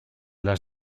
las